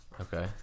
okay